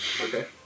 Okay